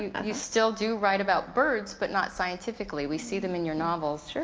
you still do write about birds, but not scientifically. we see them in your novels. sure.